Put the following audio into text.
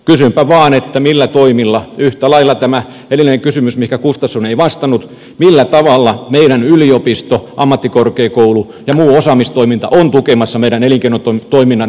kysynpä vaan millä toimilla yhtä lailla tämä edellinen kysymys mihinkä gustafsson ei vastannut millä tavalla meidän yliopisto ammattikorkeakoulu ja muu osaamistoimintamme on tukemassa meidän elinkeinotoimintamme uutta nousua